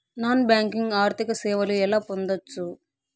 Non banking ఆర్థిక సేవలు ఎలా పొందొచ్చు?